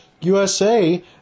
USA